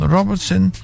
Robertson